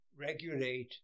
regulate